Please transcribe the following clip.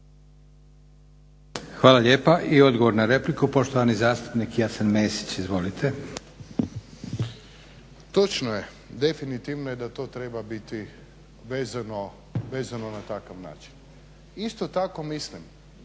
Hvala lijepa. I odgovor na repliku, poštovani zastupnik Jasen Mesić. Izvolite. **Mesić, Jasen (HDZ)** Točno je, definitivno je da to treba biti vezano na takav način. Isto tako mislim